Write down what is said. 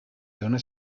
dóna